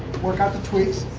work out the tweaks.